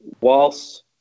whilst